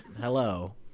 hello